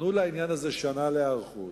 נתנו לעניין הזה שנה להיערכות,